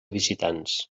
visitants